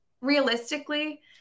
realistically